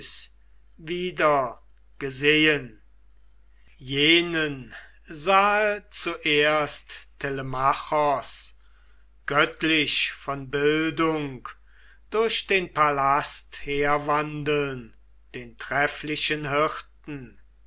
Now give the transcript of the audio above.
wieder gesehen jenen sahe zuerst telemachos göttlich von bildung durch den palast herwandeln den trefflichen hirten